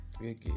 okay